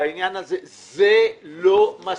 אבל זה לא מספיק.